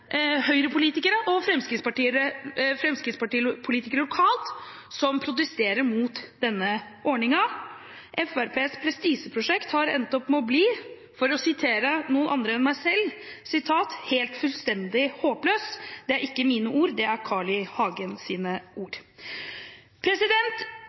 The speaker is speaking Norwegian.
lokalt som protesterer mot denne ordningen. Fremskrittspartiets prestisjeprosjekt har endt opp med å bli – for å sitere noen andre enn meg selv – «helt fullstendig håpløs». Det er ikke mine ord, det er Carl I. Hagens ord.